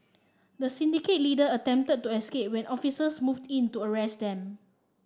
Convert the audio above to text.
the syndicate leader attempted to escape when officers moved in to arrest them